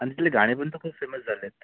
आणि त्ले गाणे पण तर खूप फेमस झाले आहेत